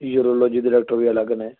urology ਦੇ doctor ਵੀ ਅਲੱਗ ਨੇ